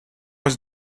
was